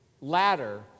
ladder